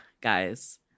guys